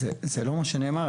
זה לא מה שנאמר.